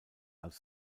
als